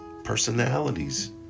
personalities